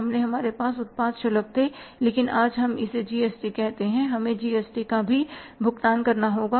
पहले हमारे पास उत्पाद शुल्क थे लेकिन आज हम इसे जी एस टी कहते हैं हमें जी एस टी का भी भुगतान करना होगा